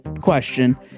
question